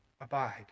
Abide